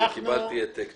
קיבלתי העתק.